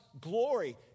glory